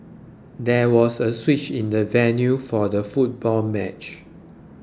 there was a switch in the venue for the football match